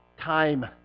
Time